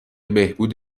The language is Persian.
بهبود